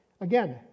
Again